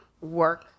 work-